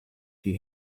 she